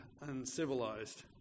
uncivilized